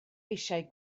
eisiau